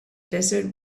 desert